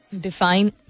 define